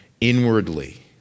inwardly